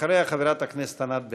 אחריה, חברת הכנסת ענת ברקו.